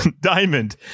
Diamond